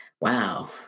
wow